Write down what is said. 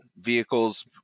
vehicles